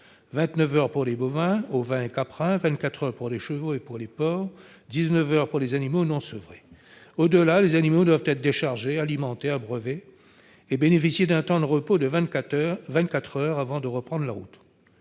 29 heures pour les bovins, ovins et caprins, 24 heures pour les chevaux et pour les porcs, 19 heures pour les animaux non sevrés. Au-delà, les animaux doivent être déchargés, alimentés, abreuvés et bénéficier d'un temps de repos de 24 heures avant de reprendre la route.